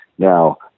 Now